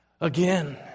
again